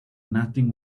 nothing